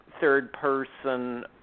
third-person